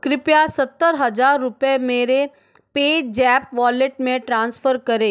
कृपया सत्तर हज़ार रुपये मेरे पेज़ैप वॉलेट में ट्रांसफ़र करें